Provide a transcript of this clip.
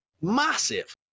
Massive